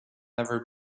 never